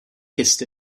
kissed